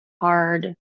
hard